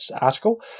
article